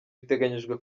biteganyijwe